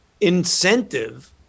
incentive